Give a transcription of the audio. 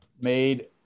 Made